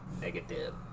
Negative